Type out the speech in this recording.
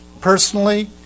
personally